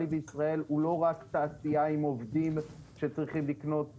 בישראל הוא לא רק תעשייה עם עובדים שצריכים לקנות אוכל.